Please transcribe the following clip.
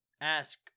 ask